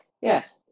Yes